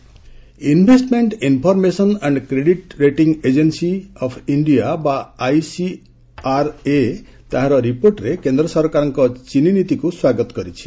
sugar price investment information and credit rating agency of India ବା ଆଇସିଆର୍ଏ ତାହାର ରିପୋର୍ଟରେ କେନ୍ଦ୍ର ସରକାରଙ୍କ ଚିନି ନୀତିକୁ ସ୍ୱାଗତ କରିଛି